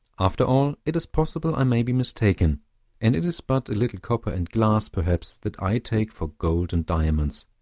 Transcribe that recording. after all, it is possible i may be mistaken and it is but a little copper and glass, perhaps, that i take for gold and diamonds.